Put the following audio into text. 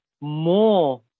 more